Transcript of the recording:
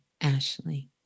Ashley